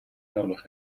nodig